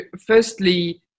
firstly